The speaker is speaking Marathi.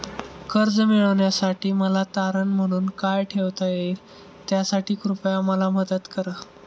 कर्ज मिळविण्यासाठी मला तारण म्हणून काय ठेवता येईल त्यासाठी कृपया मला मदत करा